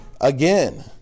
again